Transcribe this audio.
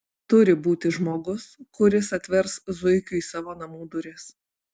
turi būti žmogus kuris atvers zuikiui savo namų duris